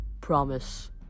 promise